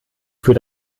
für